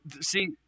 see